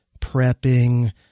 prepping